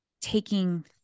taking